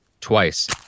twice